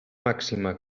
màxima